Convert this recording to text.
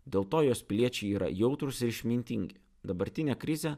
dėl to jos piliečiai yra jautrūs ir išmintingi dabartinę krizę